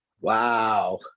Wow